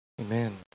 Amen